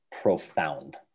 profound